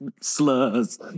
slurs